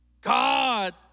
God